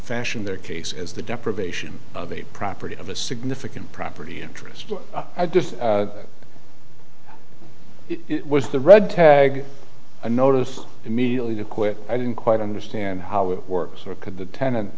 fashioned their case as the deprivation of a property of a significant property interest i just it was the red tag i noticed immediately quit i didn't quite understand how it works or could the tenant